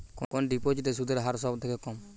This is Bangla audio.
কোন ডিপোজিটে সুদের হার সবথেকে কম?